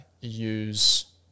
use